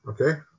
Okay